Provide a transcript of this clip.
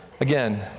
Again